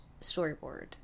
storyboard